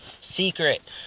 secret